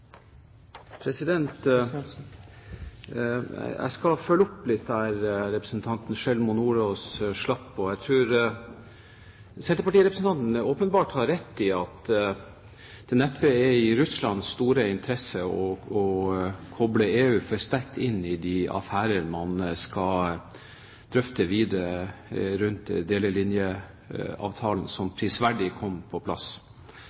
Jeg skal følge opp der representanten Sjelmo Nordås slapp. Jeg tror senterpartirepresentanten åpenbart har rett i at det neppe er i Russlands store interesse å koble EU for sterkt inn i de affærer man skal drøfte videre rundt delelinjeavtalen, som prisverdig kom på plass.